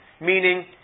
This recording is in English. meaning